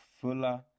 Fuller